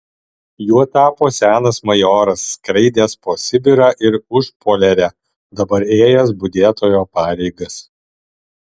juo tapo senas majoras skraidęs po sibirą ir užpoliarę dabar ėjęs budėtojo pareigas